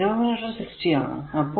ഇവിടെ ഡിനോമിനേറ്റർ 60 ആണ്